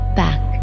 back